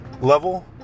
level